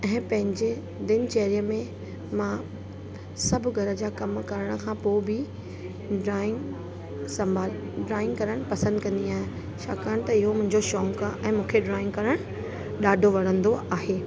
ऐं पंहिंजे दिनचर्या में मां सभु घर जा कमु करण खां पोइ बि ड्रॉइंग संभाल ड्रॉइंग करणु पसंदि कंदी आहियां छाकाणि त इहो मुंहिंजो शौक़ु आहे ऐं मूंखे ड्रॉइंग करण ॾाढो वणंदो आहे